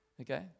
okay